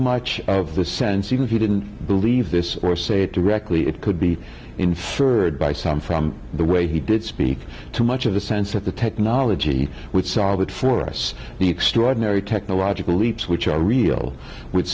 much of the sense even if you didn't believe this or say it directly it could be inferred by some from the way he did speak too much of the sense that the technology would solve it for us the extraordinary technological leaps which are real would